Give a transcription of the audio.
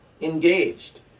engaged